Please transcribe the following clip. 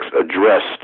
addressed